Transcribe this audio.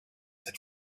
had